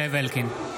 זאב אלקין,